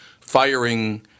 firing